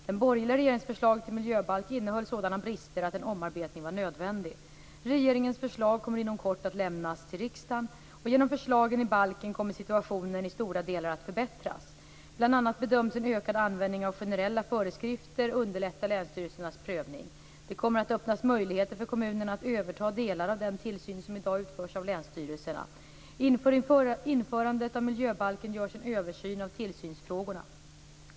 Den borgerliga regeringens förslag till miljöbalk innehöll sådana brister att en omarbetning var nödvändig. Regeringens förslag kommer inom kort att lämnas till riksdagen. Genom förslagen i balken kommer situationen i stora delar att förbättras. Bl.a. bedöms en ökad användning av generella föreskrifter att underlätta länsstyrelsernas prövning. Det kommer att öppnas möjligheter för kommunerna att överta delar av den tillsyn som i dag utförs av länsstyrelserna. Inför införandet av miljöbalken görs en översyn av tillsynsfrågorna.